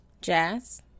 Jazz